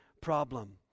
problem